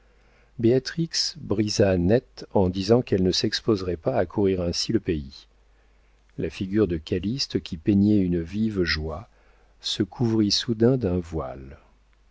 brisa net en disant qu'elle ne s'exposerait pas à courir ainsi le pays la figure de calyste qui peignait une vive joie se couvrit soudain d'un voile